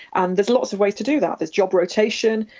and there's lots of ways to do that. there's job rotation,